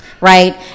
right